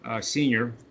senior